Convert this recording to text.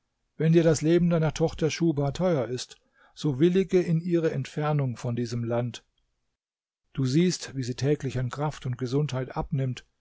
wenn dir das leben deiner tochter schuhba teuer ist so willige in ihre entfernung von diesem land du siehst wie sie täglich an kraft und gesundheit abnimmt